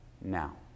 now